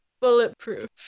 bulletproof